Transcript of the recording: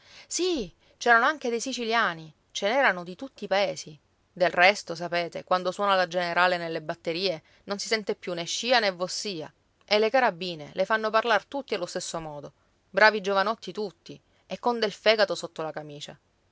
predicatore sì c'erano anche dei siciliani ce n'erano di tutti i paesi del resto sapete quando suona la generale nelle batterie non si sente più né scia né vossia e le carabine le fanno parlar tutti allo stesso modo bravi giovanotti tutti e con del fegato sotto la camicia